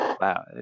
Wow